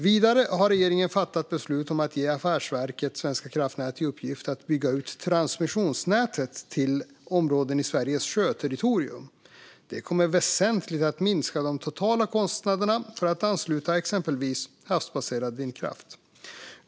Vidare har regeringen fattat beslut om att ge Affärsverket svenska kraftnät i uppgift att bygga ut transmissionsnätet till områden i Sveriges sjöterritorium. Det kommer att väsentligt minska de totala kostnaderna för att ansluta exempelvis havsbaserad vindkraft.